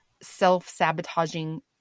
self-sabotaging